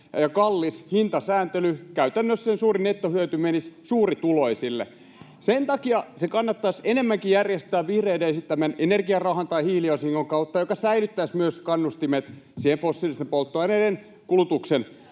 sellainen, että käytännössä se suurin nettohyöty menisi suurituloisille. Sen takia se kannattaisi enemmänkin järjestää vihreiden esittämän energiarahan tai hiiliosingon kautta, joka säilyttäisi myös kannustimet siihen fossiilisten polttoaineiden kulutuksen